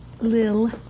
Lil